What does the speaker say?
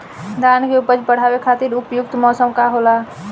धान के उपज बढ़ावे खातिर उपयुक्त मौसम का होला?